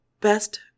best